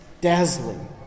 dazzling